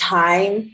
time